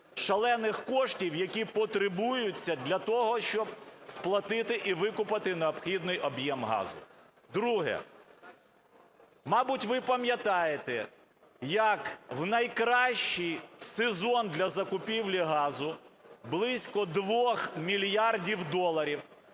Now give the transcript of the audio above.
шалених коштів, які потребуються для того, щоб сплатити і викупити необхідний об'єм газу. Друге. Мабуть ви пам'ятаєте, як в найкращий сезон для закупівлі газу, близько 2 мільярдів доларів,